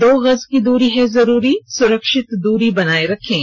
दो गज की दूरी है जरूरी सुरक्षित दूरी बनाए रखें